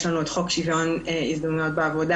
יש לנו את חוק שוויון הזדמנויות בעבודה,